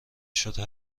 شده